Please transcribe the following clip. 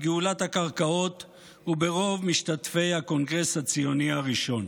בגאולת הקרקעות וברוב משתתפי הקונגרס הציוני הראשון.